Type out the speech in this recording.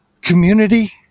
community